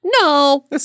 No